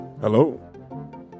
Hello